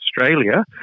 Australia